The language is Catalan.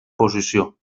posició